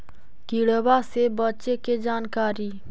किड़बा से बचे के जानकारी?